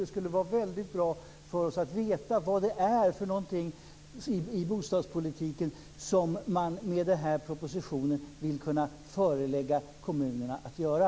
Det skulle vara väldigt bra för oss att veta vad det är som man i bostadspolitiken med den här propositionen vill kunna förelägga kommunerna att göra.